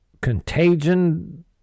contagion